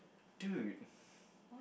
dude